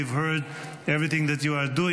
we’ve heard everything that you are doing